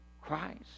Christ